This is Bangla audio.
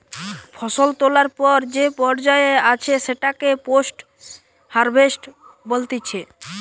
ফসল তোলার পর যে পর্যায়ে আছে সেটাকে পোস্ট হারভেস্ট বলতিছে